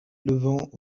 levant